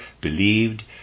believed